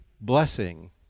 blessing